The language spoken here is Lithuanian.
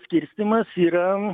skirstymas yra